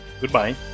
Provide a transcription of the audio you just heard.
Goodbye